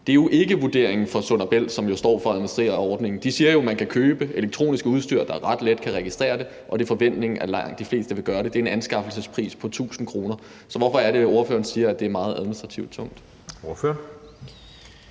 Det er jo ikke vurderingen fra Sund & Bælt, som står for at administrere ordningen. De siger, at man kan købe elektronisk udstyr, der ret let kan registrere det, og det er forventningen, at langt de fleste vil gøre det. Det er en anskaffelsespris på 1.000 kr. Så hvorfor er det, at ordføreren siger, at det er meget administrativt tungt? Kl.